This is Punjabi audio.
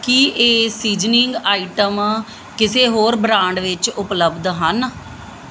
ਕੀ ਇਹ ਸੀਜ਼ਨਿੰਗ ਆਈਟਮਾਂ ਕਿਸੇ ਹੋਰ ਬ੍ਰਾਂਡ ਵਿੱਚ ਉਪਲੱਬਧ ਹਨ